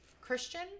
Christian